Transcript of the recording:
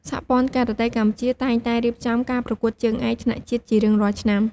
សហព័ន្ធការ៉ាតេកម្ពុជាតែងតែរៀបចំការប្រកួតជើងឯកថ្នាក់ជាតិជារៀងរាល់ឆ្នាំ។